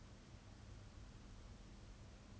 and people our generation I guess